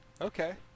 Okay